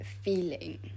feeling